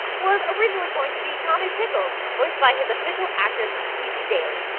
was originally going to be tommy pickles, voiced by his official actress e g. daily.